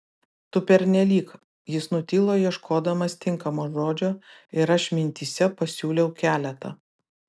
tu pernelyg jis nutilo ieškodamas tinkamo žodžio ir aš mintyse pasiūliau keletą